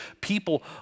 people